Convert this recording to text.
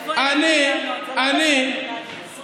תבוא אליו בטענות, זה לא בסדר, גדי.